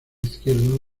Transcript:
izquierdo